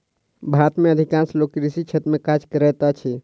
भारत में अधिकांश लोक कृषि क्षेत्र में काज करैत अछि